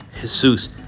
Jesus